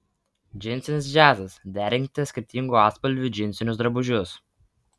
džinsinis džiazas derinkite skirtingų atspalvių džinsinius drabužius